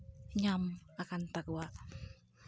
ᱧᱟᱢ ᱟᱠᱟᱱ ᱛᱟᱠᱚᱣᱟ